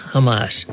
Hamas